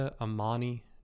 Amani